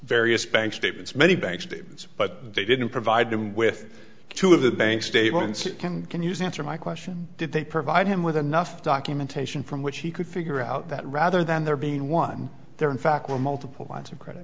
various bank statements many bank statements but they didn't provide them with two of the bank statements can can use answer my question did they provide him with anough documentation from which he could figure out that rather than there being one there in fact were multiple lines of credit